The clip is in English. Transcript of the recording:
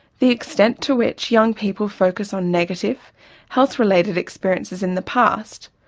the extent to which young people focus on negative health-related experiences in the past,